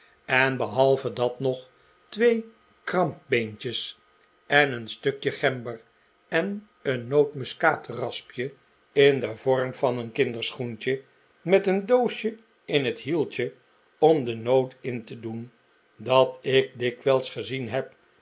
en behalve dat nog twee krampbeentjes en een stukje gember en efen muskaatraspje in den vorm van een kinderschoentje met een doosje in het hieltje om de noot in te doen dat ik dikwijls gezien heb